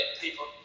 people